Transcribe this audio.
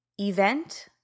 event